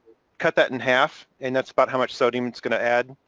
cut that in half and that's about how much sodium it's going to add.